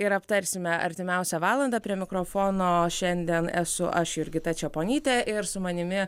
ir aptarsime artimiausią valandą prie mikrofono šiandien esu aš jurgita čeponytė ir su manimi